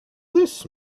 this